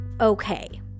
okay